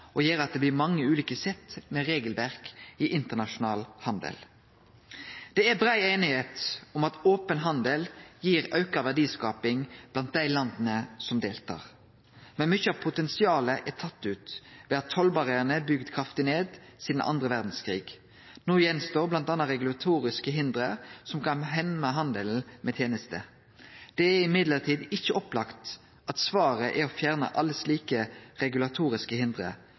og gjere at det blir mange ulike sett med regelverk i internasjonal handel. Det er brei einigheit om at open handel gir auka verdiskaping blant dei landa som deltar, men mykje av potensialet er tatt ut ved at tollbarrierane har blitt bygde kraftig ned sidan andre verdskrigen. Det som no står att, er bl.a. regulatoriske hinder som kan hemme handelen med tenester. Det er likevel ikkje opplagt at svaret er å fjerne alle slike regulatoriske